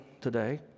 today